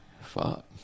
fuck